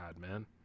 man